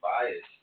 biased